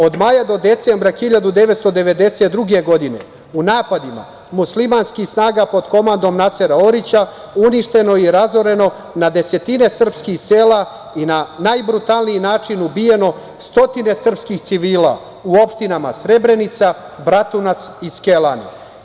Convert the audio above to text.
Od maja do decembra 1992. godine u napadima muslimanskih snaga pod komandom Nasera Orića uništeno je i razoreno desetine srpskih sela i na najbrutalniji način ubijeno stotine srpskih civila u opštinama Srebrenica, Bratunac i Skelani.